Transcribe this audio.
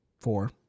Four